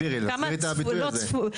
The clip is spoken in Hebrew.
תסבירי את זה, תסבירי את הביטוי הזה.